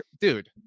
dude